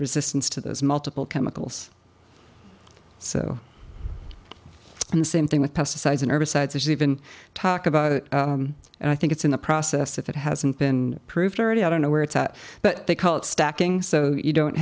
resistance to those multiple chemicals so in the same thing with pesticides and herbicides even talk about it and i think it's in the process if it hasn't been approved already i don't know where it's at but they call it stacking so you don't